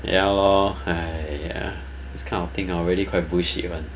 ya lor !haiya! this kind of thing hor really quite bullshit [one]